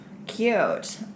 Cute